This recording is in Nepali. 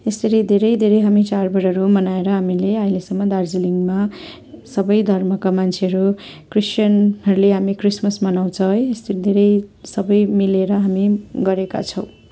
यसरी धेरै धेरै हामी चाडबाडहरू मनाएर हामीले अहिलेसम्म दार्जिलिङमा सबै धर्मका मान्छेहरू क्रिस्चियनहरूले हामी क्रिसमस मनाउँछ है यस्तै धेरै सबै मिलेर हामी गरेका छौँ